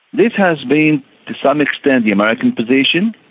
this has been to some extent the american position,